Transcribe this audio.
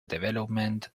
development